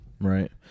Right